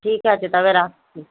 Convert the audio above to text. ঠিক আছে তবে রাখছি